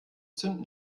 zünden